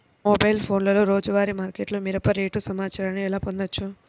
మా మొబైల్ ఫోన్లలో రోజువారీ మార్కెట్లో మిరప రేటు సమాచారాన్ని ఎలా పొందవచ్చు?